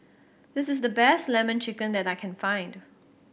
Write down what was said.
this is the best Lemon Chicken that I can find